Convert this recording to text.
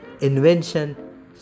Invention